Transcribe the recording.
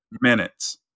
minutes